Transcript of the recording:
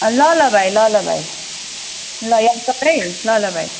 ल ल भाइ ल ल भाइ ल याद गर है ल ल भाइ